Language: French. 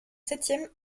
septième